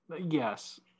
yes